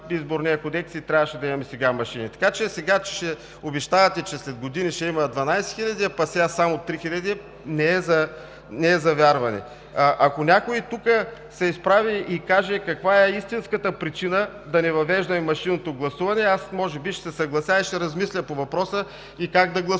Изборния кодекс и сега трябваше да имаме машини. Това че сега ще обещавате, че след години ще има 12 000, а сега само 3000, не е за вярване. Ако някой тук се изправи и каже каква е истинската причина да не въвеждаме машинното гласуване, може би ще се съглася и ще размисля по въпроса. Ще си